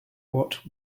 what